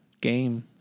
game